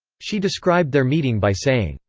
she described their meeting by saying,